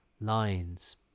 Lines